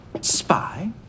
Spy